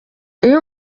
iyo